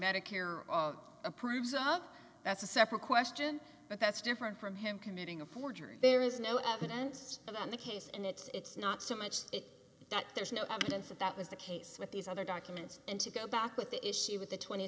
medicare all approves of that's a separate question but that's different from him committing a forgery there is no evidence about the case and it's not so much that there's no evidence that that was the case with these other documents and to go back with the issue with the tw